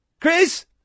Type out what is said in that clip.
Chris